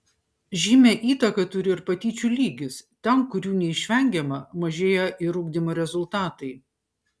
žymią įtaką turi ir patyčių lygis ten kur jų neišvengiama mažėja ir ugdymo rezultatai